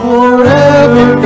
Forever